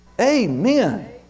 Amen